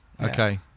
okay